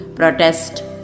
Protest